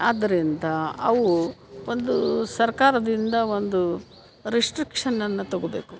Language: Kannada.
ಆದ್ದರಿಂದ ಅವು ಒಂದು ಸರ್ಕಾರದಿಂದ ಒಂದು ರಿಸ್ಟ್ರಿಕ್ಷನನ್ನು ತಗೊಳ್ಬೇಕು